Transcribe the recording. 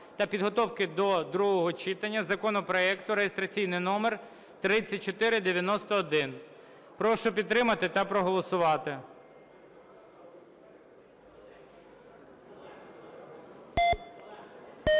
та підготовки до другого читання законопроекту (реєстраційний номер 3491). Прошу підтримати та проголосувати.